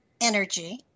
energy